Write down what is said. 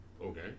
Okay